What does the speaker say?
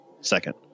second